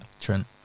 Trent